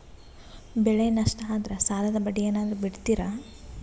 ಬೆಳೆ ನಷ್ಟ ಆದ್ರ ಸಾಲದ ಬಡ್ಡಿ ಏನಾದ್ರು ಬಿಡ್ತಿರಾ?